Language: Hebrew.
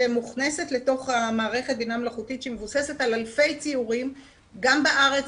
שמוכנסת לתוך המערכת בינה מלאכותית שהיא מבוססת על אלפי ציורים גם בארץ,